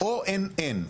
או אין אין.